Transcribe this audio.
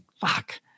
fuck